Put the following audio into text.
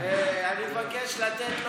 אני מבקש לתת לו,